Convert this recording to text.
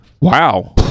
Wow